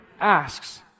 asks